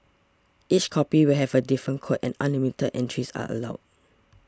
each copy will have a different code and unlimited entries are allowed